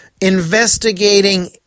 investigating